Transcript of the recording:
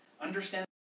Understand